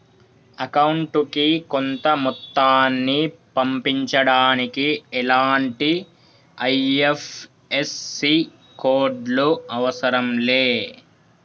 అకౌంటుకి కొంత మొత్తాన్ని పంపించడానికి ఎలాంటి ఐ.ఎఫ్.ఎస్.సి కోడ్ లు అవసరం లే